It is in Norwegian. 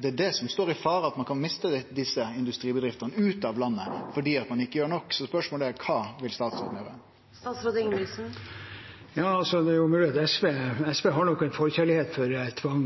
Det er det som står i fare: at ein kan miste desse industribedriftene ut av landet fordi ein ikkje gjer nok. Spørsmålet er: Kva vil statsråden gjere? SV har nok en forkjærlighet for tvang,